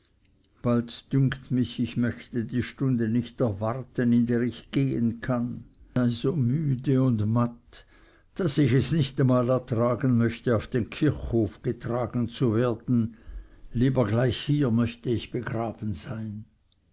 bald dünkt mich ich möge die stunde nicht erwarten in der ich gehen kann bald dünkt es mich ich sei so müde und matt daß ich es nicht einmal ertragen möchte auf den kirchhof getragen zu werden lieber gleich hier möchte ich begraben sein